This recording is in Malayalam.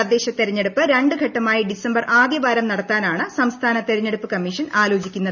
തദ്ദേശ തെരഞ്ഞെടുപ്പ് രണ്ടുഘട്ടമായി ഡിസംബർ ആദ്യവാരം നടത്താനാണ് സംസ്ഥാന തെരഞ്ഞെടുപ്പ് കമ്മീഷൻ ആലോചിക്കുന്നത്